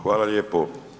Hvala lijepo.